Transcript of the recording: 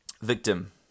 victim